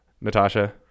Natasha